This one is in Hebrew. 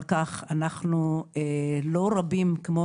אנחנו לא רבים כמו,